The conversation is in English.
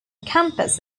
campus